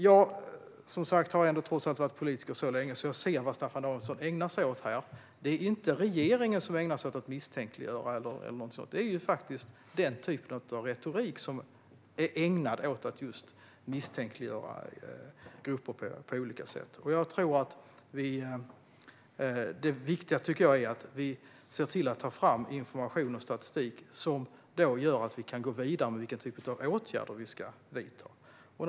Jag har trots allt varit politiker så länge att jag ser vad Staffan Danielsson ägnar sig åt här. Det är inte regeringen som ägnar sig åt att misstänkliggöra eller något sådant, utan det gör man med den typ av retorik som är ägnad just åt att misstänkliggöra grupper på olika sätt. Jag tycker att det viktiga är att vi ser till att ta fram information och statistik som gör att vi kan gå vidare och reda ut vilken typ av åtgärder vi ska gå vidare med.